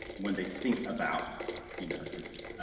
when they think about you know this